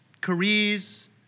careers